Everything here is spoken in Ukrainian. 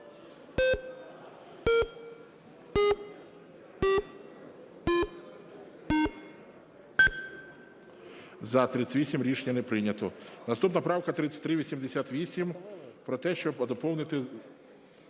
За-38 Рішення не прийнято. Наступна правка 3388 - про те, щоби доповнити